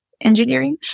engineering